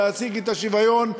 להשיג את השוויון,